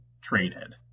traded